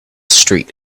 street